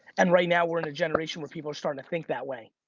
and right now we're in a generation where people are starting to think that way.